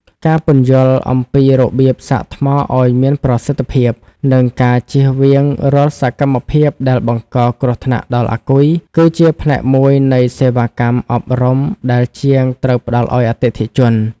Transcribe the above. ការពន្យល់អំពីរបៀបសាកថ្មឱ្យមានប្រសិទ្ធភាព និងការចៀសវាងរាល់សកម្មភាពដែលបង្កគ្រោះថ្នាក់ដល់អាគុយ គឺជាផ្នែកមួយនៃសេវាកម្មអប់រំដែលជាងត្រូវផ្តល់ឱ្យអតិថិជន។